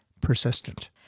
persistent